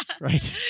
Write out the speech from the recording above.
Right